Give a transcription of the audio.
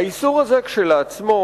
האיסור הזה כשלעצמו,